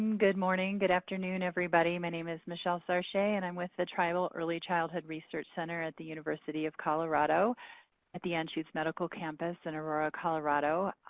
good morning, good afternoon everybody. my name is michelle sarche and i'm with the tribal early childhood research center at the university of colorado at the anschutz medical campus in aurora, colorado.